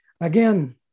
Again